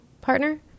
partner